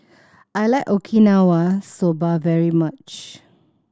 I like Okinawa Soba very much